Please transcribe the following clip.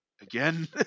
again